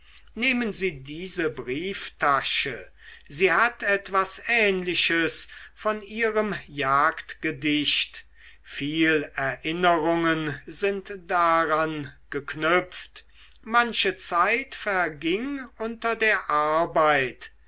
nehmen sie diese brieftasche sie hat etwas ähnliches von ihrem jagdgedicht viel erinnerungen sind daran geknüpft manche zeit verging unter der arbeit